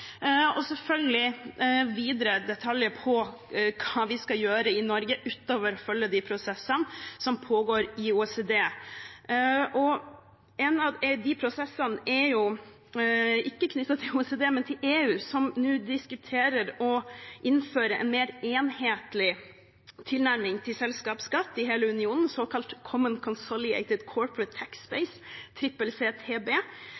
vi skal gjøre i Norge utover å følge de prosessene som pågår i OECD. En av de prosessene er ikke knyttet til OECD, men til EU, som nå diskuterer å innføre en mer enhetlig tilnærming til selskapsskatt i hele unionen, en såkalt Common Consolidated